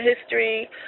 history